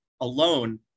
alone